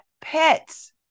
pets